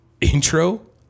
intro